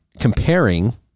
comparing